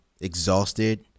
exhausted